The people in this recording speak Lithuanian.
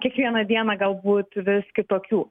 kiekvieną dieną galbūt vis kitokių